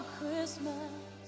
Christmas